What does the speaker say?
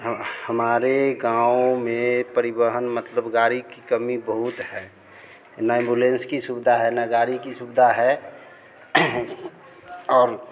हमारे गाँव में परिवहन मतलब गाड़ी की कमी बहुत है ना एम्बुलेंस की सुविधा है ना गाड़ी की सुविधा है और